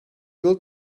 yıl